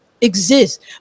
exist